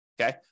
Okay